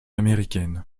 américaine